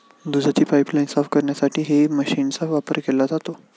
दुधाची पाइपलाइन साफ करण्यासाठीही मशीनचा वापर केला जातो